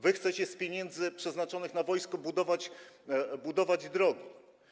Wy chcecie z pieniędzy przeznaczonych na wojsko budować drogi.